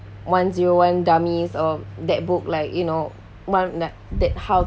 one zero one dummies or that book like you know one like that how